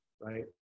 right